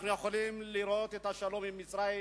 אנחנו יכולים לראות את השלום עם מצרים,